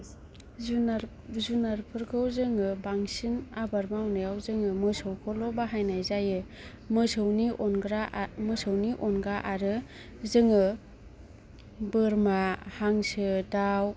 जुनार जुनारफोरखौ जोङो बांसिन आबाद मावनायाव जोङो मोसौखौल' बाहायनाय जायो मोसौनि अनग्रा मोसौनि अनगा आरो जोङो बोरमा हांसो दाउ